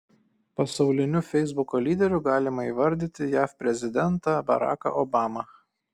pasauliniu feisbuko lyderiu galima įvardyti jav prezidentą baraką obamą